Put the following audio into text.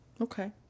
Okay